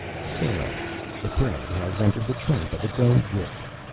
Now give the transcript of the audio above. so the prey has entered the trap of its own will.